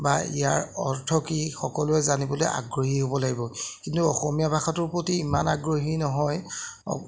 বা ইয়াৰ অৰ্থ কি সকলোৱে জানিবলৈ আগ্ৰহী হ'ব লাগিব কিন্তু অসমীয়া ভাষাটোৰ প্ৰতি ইমান আগ্ৰহী নহয়